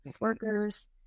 workers